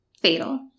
fatal